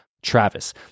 Travis